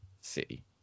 City